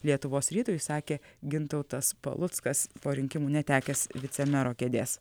lietuvos rytui sakė gintautas paluckas po rinkimų netekęs vicemero kėdės